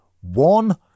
One